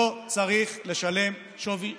לא צריך לשלם שווי שימוש.